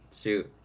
shoot